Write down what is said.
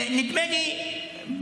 נדמה לי,